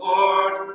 Lord